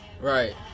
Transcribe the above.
Right